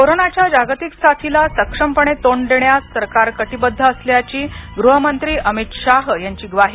कोरोनाच्या जागतिक साथीला सक्षमपणे तोंड देण्यास सरकार कटिबध असल्याची गृहमंत्री अमित शाह यांची ग्वाही